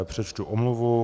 Přečtu omluvu.